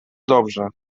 dobrze